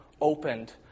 opened